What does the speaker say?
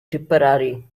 tipperary